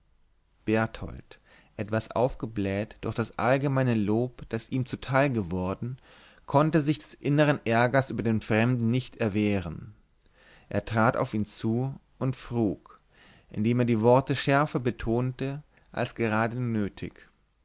berthold etwas aufgebläht durch das allgemeine lob das ihm zuteil geworden konnte sich des innern ärgers über den fremden nicht erwehren er trat auf ihn zu und frug indem er die worte schärfer betonte als gerade nötig